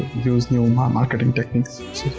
use new um ah marketing techniques.